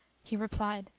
he replied,